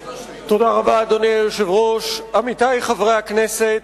אדוני היושב-ראש, תודה רבה, עמיתי חברי הכנסת,